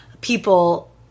people